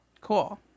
Cool